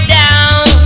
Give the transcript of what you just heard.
down